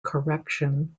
correction